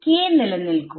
k നിലനിൽക്കും